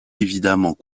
évidemment